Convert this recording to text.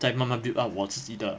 在慢慢 build up 我自己的